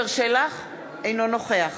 אינו נוכח